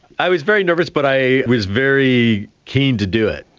i was very nervous but i was very keen to do it.